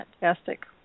fantastic